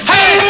Hey